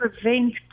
prevent